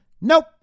Nope